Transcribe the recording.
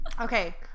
Okay